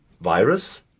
virus